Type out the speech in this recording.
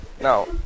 Now